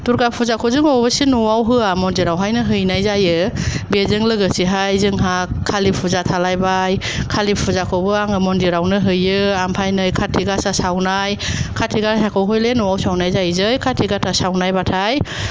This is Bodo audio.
दुर्गा फुजाखौ जों अबयसे न'आव होआ मन्दिरावनो हैनाय जायो बेजों लोगोसे जोंहा कालि फुजा थालायबाय कालिफुजाखौबो आङो मन्दिरावनो हैयो ओमफ्राय नै खाथि गासा सावनाय खाथि गासाखौ हले न'आव सावनाय जायो जै खाथि गासा सावनायबाथाय